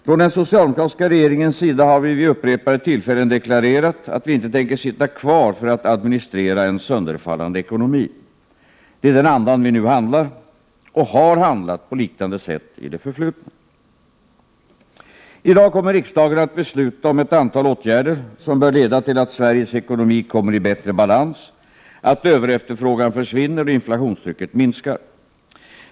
Från den socialdemokratiska regeringens sida har vi vid upprepade tillfällen deklarerat att vi inte tänker sitta kvar för att administrera en sönderfallande ekonomi. Det är i den andan vi nu handlar — och vi har handlat på liknande sätt i det förflutna. I dag kommer riksdagen att besluta om ett antal åtgärder som bör leda till att Sveriges ekonomi kommer i bättre balans, att överefterfrågan försvinner och inflationstrycket minskar.